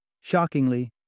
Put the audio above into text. Shockingly